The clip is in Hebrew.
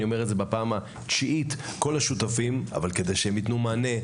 אני אומר את זה בפעם התשיעית כדי שהם יתנו מענה,